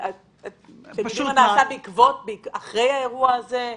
משהו נעשה אחרי האירוע הזה?